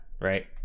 right